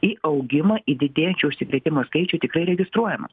į augimą į didėjančio užsikrėtimo skaičių tikrai registruojamos